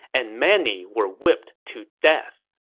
and many were whipped to death.